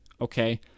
Okay